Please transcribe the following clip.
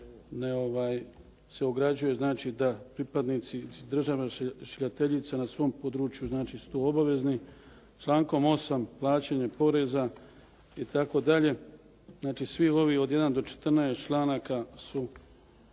se ograđuje da pripadnici država šiljiteljica na svom području su to obavezni. Člankom 8. plaćanjem poreza itd. znači svi ovi od jedan do 14 članaka su